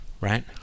right